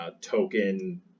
token